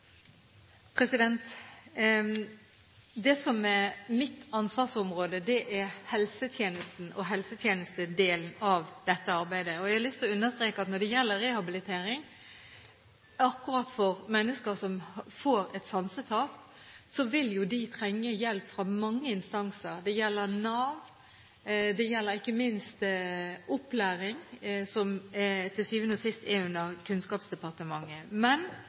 Det som er mitt ansvarsområde, er helsetjenesten og helsetjenestedelen av dette arbeidet. Jeg har lyst til å understreke at når det gjelder rehabilitering akkurat for mennesker som får et sansetap, vil de trenge hjelp fra mange instanser. Det gjelder Nav og ikke minst opplæring, som til syvende og sist ligger under Kunnskapsdepartementet. Men